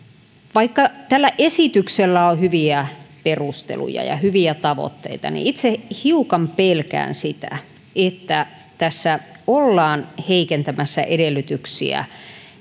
vaikka tällä esityksellä on hyviä perusteluja ja hyviä tavoitteita niin itse hiukan pelkään sitä että tässä ollaan heikentämässä edellytyksiä